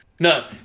No